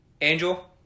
Angel